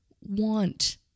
want